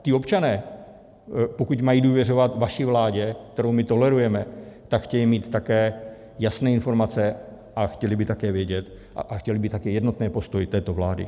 Ti občané, pokud mají důvěřovat vaší vládě, kterou my tolerujeme, tak chtějí mít také jasné informace a chtěli by také vědět a chtěli by také jednotný postoj této vlády.